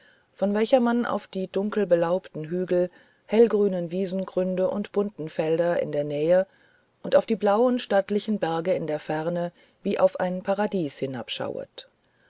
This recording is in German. von welcher man auf die dunkelbelaubten hügel hellgrünen wiesengründe und bunten felder in der nähe und auf die blauen stattlichen berge in der ferne wie auf ein paradies